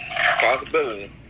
Possibility